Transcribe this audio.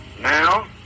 Now